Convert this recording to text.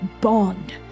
bond